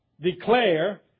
declare